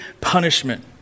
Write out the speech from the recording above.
punishment